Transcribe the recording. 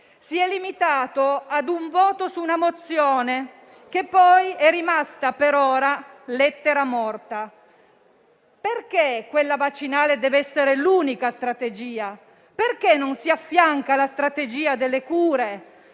si è limitato a un voto su una mozione, che poi è rimasta per ora lettera morta. Perché quella vaccinale dev'essere l'unica strategia? Perché non si affianca quella delle cure